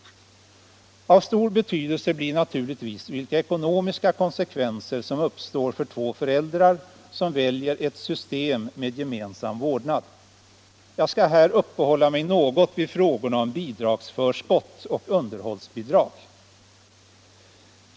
Av stor betydelse blir naturligtvis vilka ekonomiska konsekvenser som uppstår för två föräldrar som väljer ett system med gemensam vårdnad. Jag skall här uppehålla mig något vid frågorna om bidragsförskott och underhållsbidrag.